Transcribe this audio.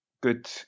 good